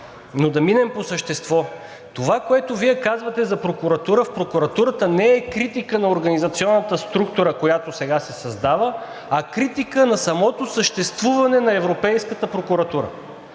но да минем по същество. Това, което Вие казвате – за прокуратура в прокуратурата, не е критика на организационната структура, която сега се създава, а критика на самото съществуване на Европейската прокуратура.